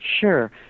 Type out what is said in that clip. Sure